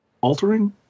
altering